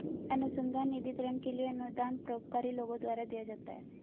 अनुसंधान निधिकरण के लिए अनुदान परोपकारी लोगों द्वारा दिया जाता है